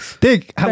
Dick